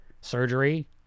surgery